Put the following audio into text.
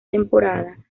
temporada